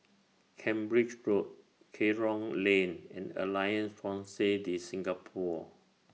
Cambridge Road Kerong Lane and Alliance Francaise De Singapour